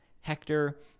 Hector